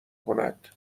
کند